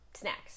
Snacks